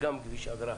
זה גם כביש אגרה.